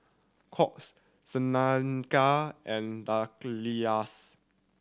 Curt Shaneka and Dallas